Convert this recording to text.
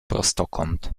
prostokąt